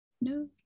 No